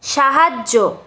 সাহায্য